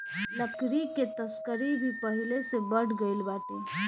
लकड़ी के तस्करी भी पहिले से बढ़ गइल बाटे